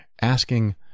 Asking